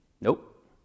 Nope